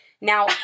Now